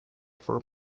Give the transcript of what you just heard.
for